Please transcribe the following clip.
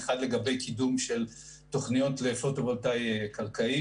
לגבי הקידום של תוכניות לאנרגיה פוטו-וולטאית קרקעית